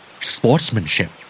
Sportsmanship